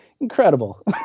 incredible